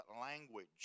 language